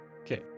okay